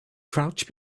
crouch